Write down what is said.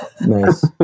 Nice